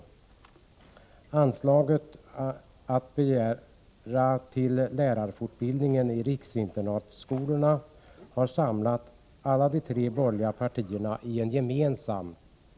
Det anslag som begärs till lärarutbildningen i riksinternatskolorna, reservation 3, står alla de tre borgerliga partierna bakom.